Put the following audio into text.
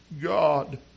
God